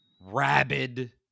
rabid